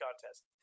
contest